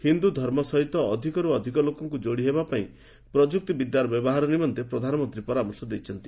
ହିନ୍ଦୁଧର୍ମ ସହିତ ଅଧିକରୁ ଅଧିକ ଲୋକଙ୍କୁ ଯୋଡ଼ିହେବାପାଇଁ ପ୍ରଯୁକ୍ତି ବିଦ୍ୟାର ବ୍ୟବହାର ନିମନ୍ତେ ପ୍ରଧାନମନ୍ତ୍ରୀ ପରାମର୍ଶ ଦେଇଛନ୍ତି